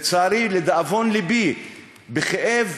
לצערי, לדאבון לבי, בכאב